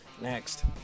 next